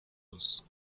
was